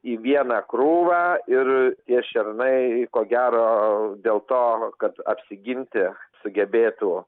į vieną krūvą ir tie šernai ko gero dėl to kad apsiginti sugebėtų